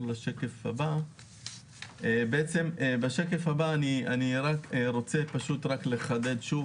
בשקף הבא אני רוצה לחדד שוב,